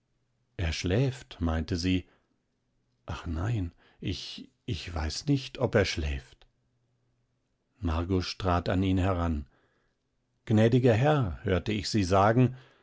er schläft meinte sie ach nein ich ich weiß nicht ob er schläft margusch trat an ihn heran gnädiger herr hörte ich sie sagen